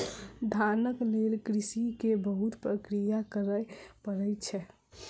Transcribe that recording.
धानक लेल कृषक के बहुत प्रक्रिया करय पड़ै छै